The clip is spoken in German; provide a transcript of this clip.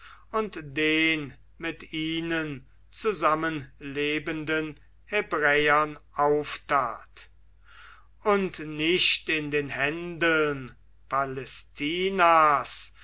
und den mit ihnen zusammenlebenden hebräern auftat und nicht in den händeln palästinas